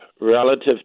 relative